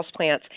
houseplants